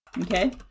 Okay